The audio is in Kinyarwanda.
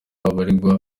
abaregwa